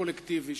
הקולקטיבי,